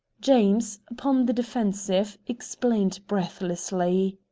james, upon the defensive, explained breathlessly.